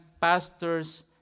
pastors